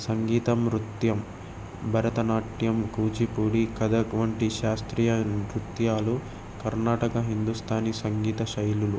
సంగీతం నృత్యం భరతనాట్యం కూచిపూడి కథక్ వంటి శాస్త్రీయ నృత్యాలు కర్ణాటక హిందుస్థానీ సంగీత శైలులు